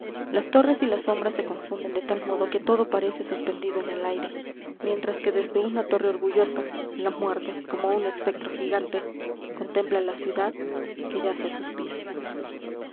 las torres y las sombras se confunden de tal modo que todo parece suspendido en el aire mientras que desde una torre orgullosa la muerte como un espectro gigante contempla la ciudad que yace a sus pies